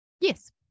Yes